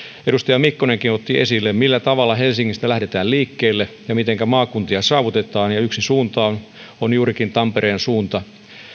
edustaja mikkonenkin otti esille se millä tavalla helsingistä lähdetään liikkeelle ja mitenkä maakuntia saavutetaan ja yksi suunta on on juurikin tampereen suunta